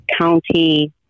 county